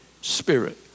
spirit